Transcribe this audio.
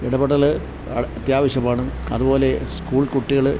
ഇടപെടൽ അത്യാവശ്യമാണ് അതുപോലെ സ്കൂൾ കുട്ടികൾ